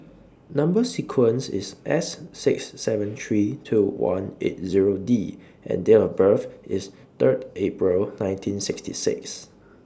Number sequence IS S six seven three two one eight Zero D and Date of birth IS Third April nineteen sixty six